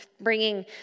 bringing